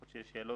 ואם יש שאלות,